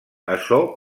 açò